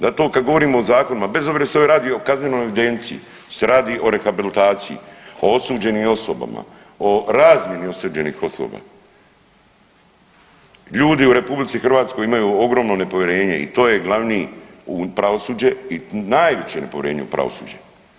Zato kad govorimo o zakonima, bez obzira jel se ovdje radi o kaznenoj evidenciji, jel se radi o rehabilitaciji, o osuđenim osobama, o razmjeni osuđenih osoba ljudi u RH imaju ogromno nepovjerenje i to je glavni u pravosuđe najveće nepovjerenje u pravosuđe.